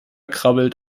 krabbelt